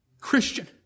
Christian